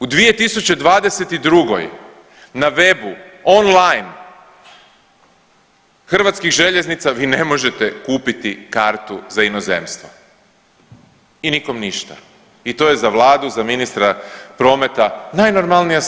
U 2022. na webu on-line Hrvatskih željeznica vi ne možete kupiti kartu za inozemstvo i nikom ništa i to je za Vladu, za ministra prometa najnormalnija stvar.